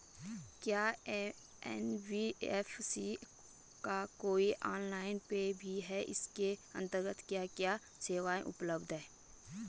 क्या एन.बी.एफ.सी का कोई ऑनलाइन ऐप भी है इसके अन्तर्गत क्या क्या सेवाएँ उपलब्ध हैं?